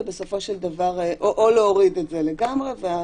או להוריד את זה לגמרי.